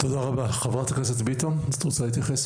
תודה רבה, חברת הכנסת ביטון את רוצה להתייחס?